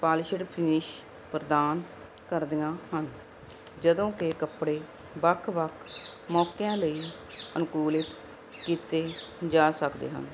ਪਾਲਸ਼ਰ ਫਾਨੀਸ਼ ਪ੍ਰਦਾਨ ਕਰਦੀਆਂ ਹਨ ਜਦੋਂ ਕਿ ਕੱਪੜੇ ਵੱਖ ਵੱਖ ਮੌਕਿਆਂ ਲਈ ਅਨੁਕੂਲਿਤ ਕੀਤੇ ਜਾ ਸਕਦੇ ਹਨ